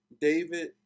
David